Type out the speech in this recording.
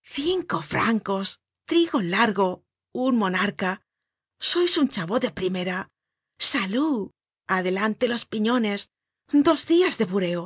cinco francos trigo largo un monarca sois un chavó de primera salud adelante los piñones dos dias de bureo